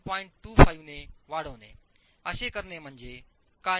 25 ने वाढवणे असे करणे म्हणजे काय